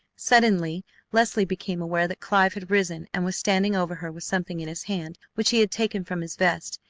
suddenly leslie became aware that clive had risen and was standing over her with something in his hand which he had taken from his vest,